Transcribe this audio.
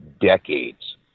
decades